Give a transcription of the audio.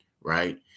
right